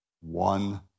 one